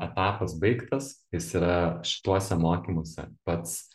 etapas baigtas jis yra šituose mokymuose pats